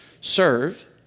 serve